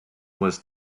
was